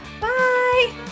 Bye